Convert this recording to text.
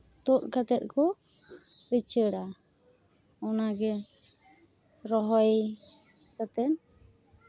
ᱛᱩᱜ ᱠᱟᱛᱮᱜ ᱠᱚ ᱩᱪᱟᱹᱲᱟ ᱚᱱᱟᱜᱮ ᱨᱚᱦᱚᱭ ᱠᱟᱛᱮᱜ